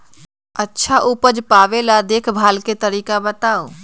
अच्छा उपज पावेला देखभाल के तरीका बताऊ?